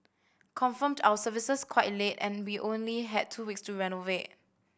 confirmed our services quite late and we only had two weeks to renovate